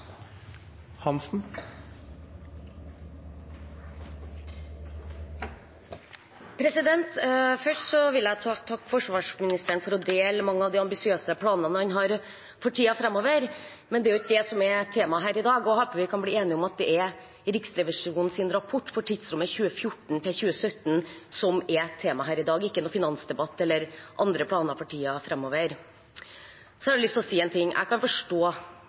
replikkordskifte. Først vil jeg takke forsvarsministeren for å dele mange av de ambisiøse planene han har for tiden framover, men det er jo ikke det som er temaet her i dag. Jeg håper vi kan bli enige om at det er Riksrevisjonens rapport for tidsrommet 2014–2017 som er temaet i dag, og ikke noen finansdebatt eller andre planer for tiden framover. Så har jeg lyst til å si en ting: Jeg kan forstå